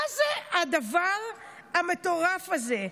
מה זה הדבר המטורף הזה?